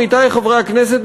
עמיתי חברי הכנסת,